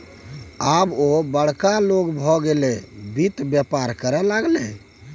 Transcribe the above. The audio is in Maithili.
आब ओ बड़का लोग भए गेलै वित्त बेपार करय लागलै